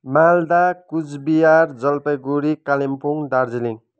Malda Coochbehar Jalpaiguri Kalimpong Darjeeling